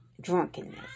drunkenness